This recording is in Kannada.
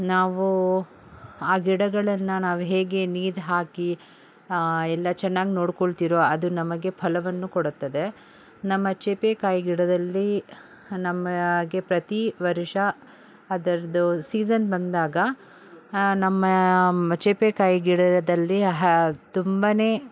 ನಾವು ಆ ಗಿಡಗಳನ್ನು ನಾವು ಹೇಗೆ ನೀರು ಹಾಕಿ ಎಲ್ಲ ಚೆನ್ನಾಗಿ ನೋಡ್ಕೊಳ್ತಿರೋ ಅದು ನಮಗೆ ಫಲವನ್ನು ಕೊಡುತ್ತದೆ ನಮ್ಮ ಸೀಬೇಕಾಯಿ ಗಿಡದಲ್ಲಿ ನಮಗೆ ಪ್ರತಿ ವರುಷ ಅದರದ್ದು ಸೀಸನ್ ಬಂದಾಗ ನಮ್ಮ ಸೀಬೇಕಾಯಿ ಗಿಡದಲ್ಲಿ ಹ ತುಂಬನೇ